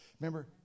remember